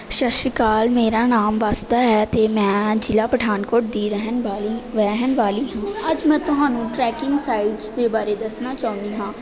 ਸਤਿ ਸ਼੍ਰੀ ਅਕਾਲ ਮੇਰਾ ਨਾਮ ਵਾਸੁਦਾ ਹੈ ਅਤੇ ਮੈਂ ਜਿਲ੍ਹਾ ਪਠਾਨਕੋਟ ਦੀ ਰਹਿਣ ਵਾਲੀ ਰਹਿਣ ਵਾਲੀ ਹਾਂ ਅੱਜ ਮੈਂ ਤੁਹਾਨੂੰ ਟ੍ਰੈਕਿੰਗ ਸਾਈਟਸ ਦੇ ਬਾਰੇ ਦੱਸਣਾ ਚਾਹੁੰਦੀ ਹਾਂ